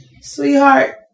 Sweetheart